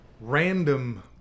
random